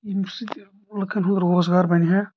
ییٚمہِ سۭتۍ لُکن ہُنٛد روزگار بنہِ ہا